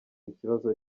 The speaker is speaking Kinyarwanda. ikibazo